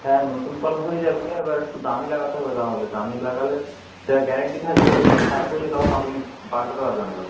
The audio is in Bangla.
হ্যাঁ নতুন কল হয়ে যাবে এবার একটু দামি লাগাতে হবে তাহলে দামি লাগালে সেটার গ্যারান্টি থাকবে যদি খারাপ হয়ে যায় তখন আপনি পাল্টাতে পারবেন আবার